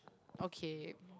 okay